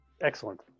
excellent